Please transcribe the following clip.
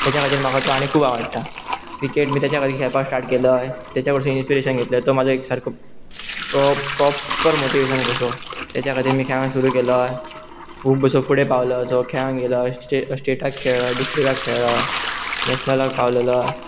तेच्या खातीर म्हाका तो आनी खूब आवडटा क्रिकेटी तेच्या खातीर खेळपा स्टार्ट केलो तेज कडसून इन्स्पिरेशन घेतले तो म्हाजो एक सारको प्रोपर मोटिवेशन कसो तेच्या खातीर खेळाक सुरू केलो खूब बसो फुडें पावलो असो खेळक गेलो स्टेटाक खेळ डिस्ट्रटाक खेळ्ळ नॅशनलाक पावलेलो